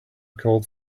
called